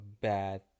bad